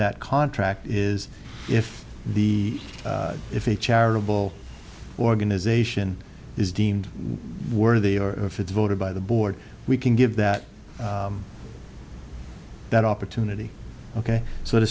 that contract is if the if a charitable organization is deemed worthy or if it's voted by the board we can give that that opportunity ok so to